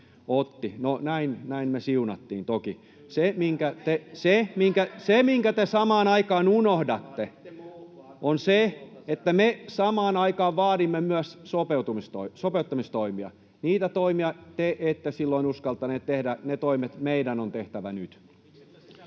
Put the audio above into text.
rehellinen puheenvuoro!] Se, minkä te samaan aikaan unohdatte, on se, että me samaan aikaan vaadimme myös sopeuttamistoimia. Niitä toimia te ette silloin uskaltaneet tehdä. Ne toimet meidän on tehtävä nyt.